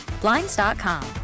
Blinds.com